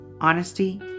Honesty